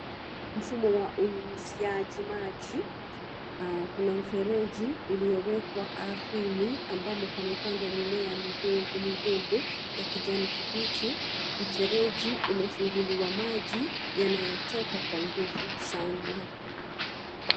Mfumo wa unyunyiziaji maji, kuna mfereji uliowekwa ardhini ambamo pamepandwa mimea midogo midogo ya kijani kibichi, mfereji umefunguliwa maji, yaliyopotupa kwa nguvu sana.